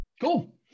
Cool